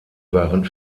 waren